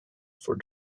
for